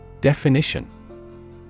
Definition